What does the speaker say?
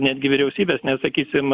netgi vyriausybes nes sakysim